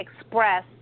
express